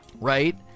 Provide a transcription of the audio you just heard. Right